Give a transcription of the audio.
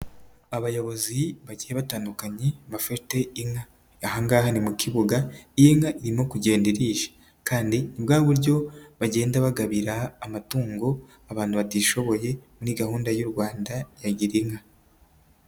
Abayobozi bagiye batandukanye bafite inka, ahangaha ni mu kibuga iyi nka irimo kugenda irisha. Kandi ni bwa buryo bagenda bagabira amatungo abantu batishoboye muri gahunda y'u Rwanda ya Girinka.